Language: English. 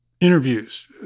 interviews